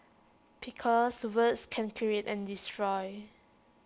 because words can create and destroy